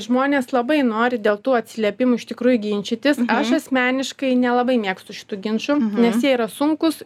žmonės labai nori dėl tų atsiliepimų iš tikrųjų ginčytis aš asmeniškai nelabai mėgstu šitų ginčų nes jie yra sunkūs